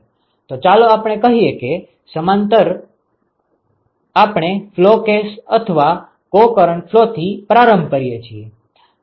તો ચાલો આપણે કહીએ કે આપણે સમાંતર ફ્લો કેસ અથવા કો કરંટ ફ્લોથી પ્રારંભ કરીએ છીએ